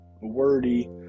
wordy